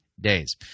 days